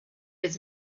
his